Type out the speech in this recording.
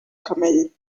camell